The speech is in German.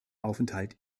aufenthalt